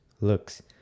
looks